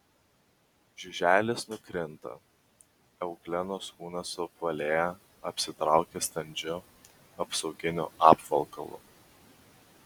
žiuželis nukrinta euglenos kūnas suapvalėja apsitraukia standžiu apsauginiu apvalkalu